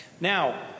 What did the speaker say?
Now